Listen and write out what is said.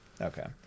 Okay